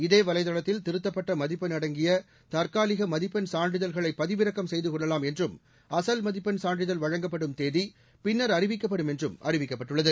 இதே வலைதளத்தில் திருத்தப்பட்ட மதிப்பெண் அடங்கிய தற்காலிக மதிப்பெண் சான்றிதழ்களை பதவிறக்கம் செய்து கொள்ளலாம் என்றும் அசல் மதிப்பெண் சான்றிதழ் வழங்கப்படும் தேதி பின்னர் அறிவிக்கப்படும் என்றும் அறிவிக்கப்பட்டுள்ளது